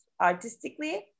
artistically